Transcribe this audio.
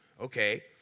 Okay